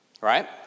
Right